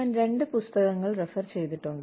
ഞാൻ രണ്ട് പുസ്തകങ്ങൾ റഫർ ചെയ്തിട്ടുണ്ട്